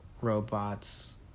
robots